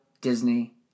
Disney